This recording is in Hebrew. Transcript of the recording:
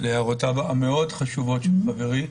להערותיו החשובות מאוד של חברי: